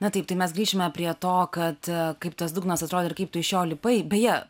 na taip tai mes grįšime prie to kad kaip tas dugnas atrodė ir kaip tu iš jo lipai beje